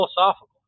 philosophical